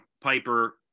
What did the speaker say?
Piper